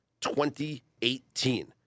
2018